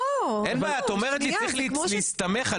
אין בעיה את אומרת לי צריך להסתמך על